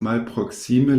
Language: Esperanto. malproksime